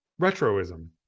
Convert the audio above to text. retroism